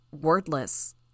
wordless